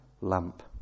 lamp